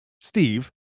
Steve